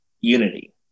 unity